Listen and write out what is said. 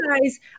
guys